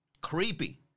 Creepy